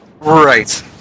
Right